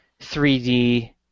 3D